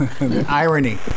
Irony